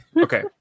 Okay